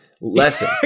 lesson